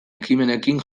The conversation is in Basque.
ekimenekin